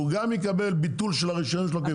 הוא גם יקבל ביטול של הרישיון שלו כיבואן.